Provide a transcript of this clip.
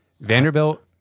vanderbilt